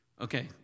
Okay